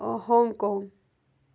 Hong Kong